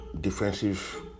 defensive